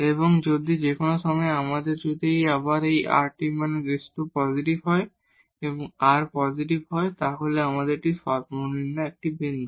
এবং যদি কোন সময়ে যদি আমাদের আবার এই rt − s2 পজিটিভ হয় এবং r পজিটিভ হয় তাহলে এটি মিনিমাম একটি বিন্দু